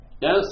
Yes